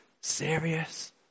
serious